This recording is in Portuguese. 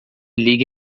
ligue